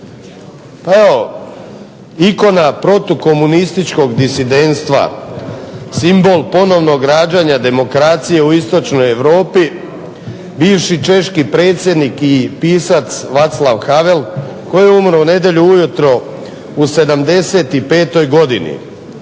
Evo, ikona protukomunističkog disidentstva, simbol ponovnog rađanja demokracije u istočnoj Europi, bivši češki predsjednik i pisac Vaclav Havel koji je umro u nedjelju ujutro u 75 godini.